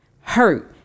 Hurt